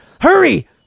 Hurry